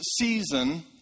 season